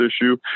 issue